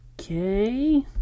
okay